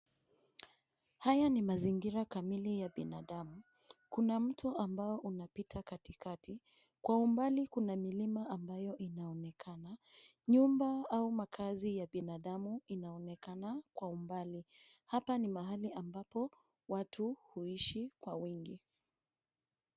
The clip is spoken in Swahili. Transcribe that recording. Haya ni mazingira kamili ya binadamu. Kuna mto ambao unapita katikati, kwa umbali kuna milima ambayo inaonekana. Nyumba au makazi ya binadamu inaonekana kwa umbali. Hapa ni mahali ambapo watu huishi kwa wingi.